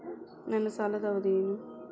ನನ್ನ ಸಾಲದ ಅವಧಿ ಏನು?